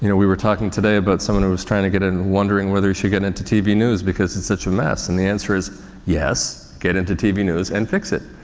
you know we were talking today about someone who was trying to get in and wondering whether she should get into tv news because it's such a mess and the answer is yes, get into tv news and fix it.